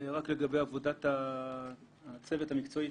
לגבי עבודת הצוות המקצועית,